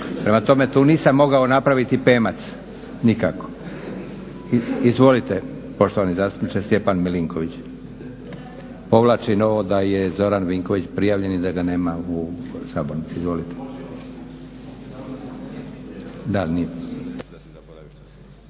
Prema tome, tu nisam mogao napraviti … /Govornik se ne razumije./… nikako. Izvolite poštovani zastupniče Stjepan Milinković. Povlačim ovo da je Zoran Vinković prijavljen i da ga nema u sabornici. Izvolite.